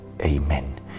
amen